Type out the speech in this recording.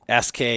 SK